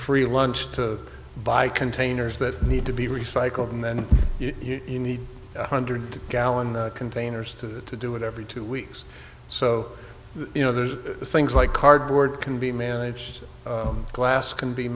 free lunch to buy containers that need to be recycled and then you need one hundred gallon containers to do it every two weeks so you know there's things like cardboard can be managed glass can be